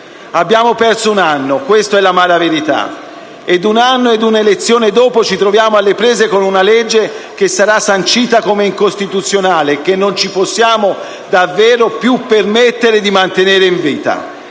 Abbiamo perso un anno: questa è l'amara verità. Ed un anno e una elezione dopo ci troviamo alle prese con una legge che sarà sancita come incostituzionale e che non ci possiamo davvero più permettere di mantenere in vita.